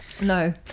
no